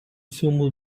цьому